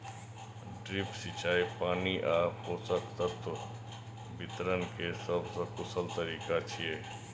drip सिंचाई पानि आ पोषक तत्व वितरण के सबसं कुशल तरीका छियै